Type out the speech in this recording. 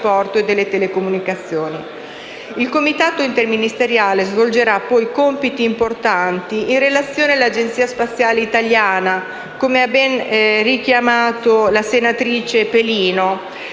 Il Comitato interministeriale svolgerà poi compiti importanti in relazione all'Agenzia spaziale italiana, come ha ben ricordato la senatrice Pelino: